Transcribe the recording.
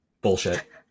Bullshit